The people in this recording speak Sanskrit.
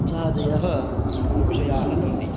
इत्यादयः विषयाः सन्ति